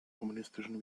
kommunistischen